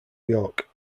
york